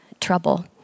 trouble